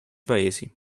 paesi